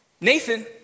Nathan